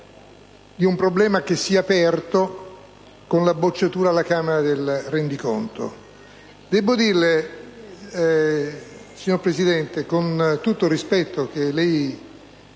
di un problema che si è aperto con la bocciatura alla Camera del rendiconto.